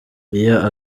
iyo